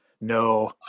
No